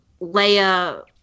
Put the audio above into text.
Leia